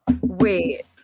Wait